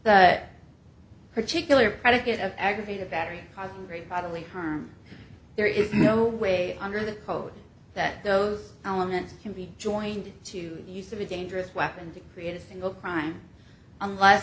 here particular predicate of aggravated battery cause great bodily harm there is no way under the code that those elements can be joined to the use of a dangerous weapon to create a single crime unless